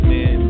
Man